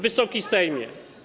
Wysoki Sejmie!